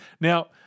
Now